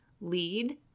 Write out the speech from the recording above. lead